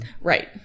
Right